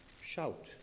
shout